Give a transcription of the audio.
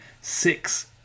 six